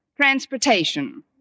transportation